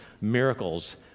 miracles